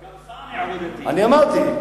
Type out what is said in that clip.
אני אמרתי.